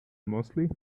mostly